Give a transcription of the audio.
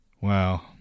Wow